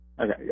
Okay